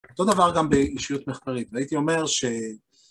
אותו דבר גם באישיות מחקרית, והייתי אומר ש...